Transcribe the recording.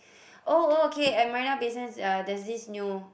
oh oh okay at Marina-Bay Sands ya here's this new